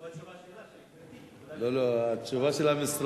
לא התשובה שלה, היא פרטית, לא, התשובה של המשרד.